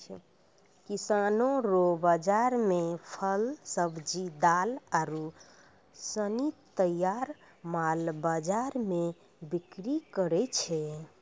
किसानो रो बाजार मे फल, सब्जी, दाल आरू सनी तैयार माल बाजार मे बिक्री करै छै